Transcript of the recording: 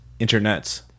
Internets